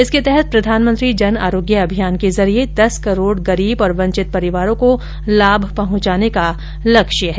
इसके तहत प्रधानमंत्री जन आरोग्य अभियान के जरिए दस करोड़ गरीब और वंचित परिवारों को लाम पहुंचाने का लक्ष्य है